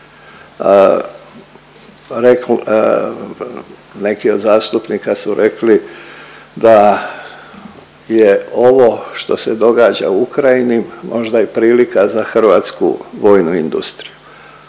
Neki od zastupnika su rekli da je ovo što se događa u Ukrajini možda i prilika za hrvatsku vojnu industriju.